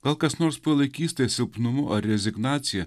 gal kas nors palaikys tai silpnumu ar rezignacija